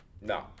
No